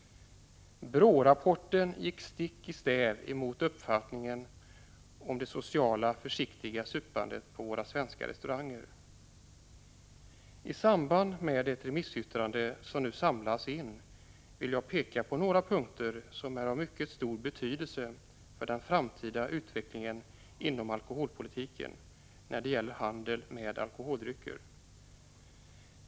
BRÅ-rapporten gick stick i stäv emot uppfattningen om det sociala, försiktiga supandet på våra svenska restauranger. I samband med att remissyttrandena nu samlas in vill jag peka på några punkter som är av mycket stor betydelse för den framtida utvecklingen inom alkoholpolitiken när det gäller handel med alkoholdrycker.